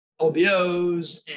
LBOs